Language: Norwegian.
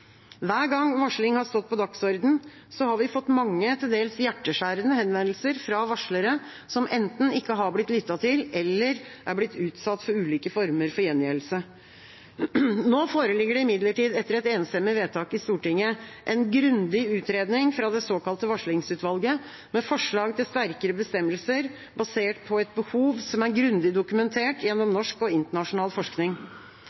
Hver gang varsling har stått på dagsordenen, har vi fått mange, til dels hjerteskjærende, henvendelser fra varslere som enten ikke har blitt lyttet til eller er blitt utsatt for ulike former for gjengjeldelse. Nå foreligger det imidlertid, etter et enstemmig vedtak i Stortinget, en grundig utredning fra det såkalte varslingsutvalget, med forslag til sterkere bestemmelser, basert på et behov som er grundig dokumentert gjennom